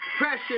Precious